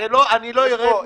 הרי לא ארד מזה.